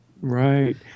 right